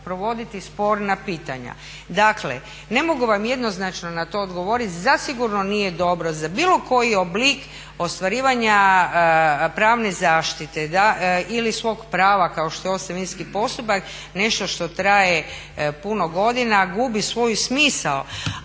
provoditi sporna pitanja. Dakle, ne mogu vam jednoznačno na to odgovoriti. Zasigurno nije dobro za bilo kojoj oblik ostvarivanja pravna zaštite ili svoga prava kao što je ostavinski postupak nešto što traje puno godina gubi svoju smisao,